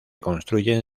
construyen